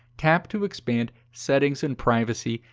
tap to expand settings and privacy,